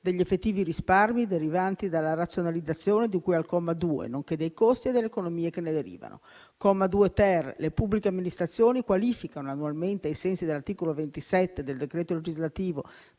degli effettivi risparmi derivanti dalla razionalizzazione di cui al comma 2, nonché dei costi e delle economie che ne derivano. 2-*ter*. Le pubbliche amministrazioni, quantificano annualmente, ai sensi dell'articolo 27, del decreto legislativo